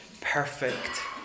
perfect